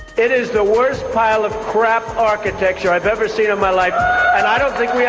it is the worst pile of crap architecture i've ever seen in my life, and i don't think yeah